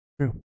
True